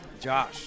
Josh